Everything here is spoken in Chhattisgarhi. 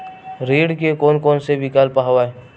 ऋण के कोन कोन से विकल्प हवय?